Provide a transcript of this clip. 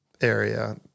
area